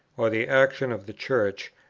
or the action of the church,